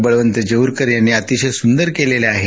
बळवंत जेऊरकर यांनी अतिशय सुदर केलेलं आहे